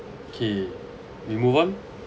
okay we move on